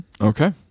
Okay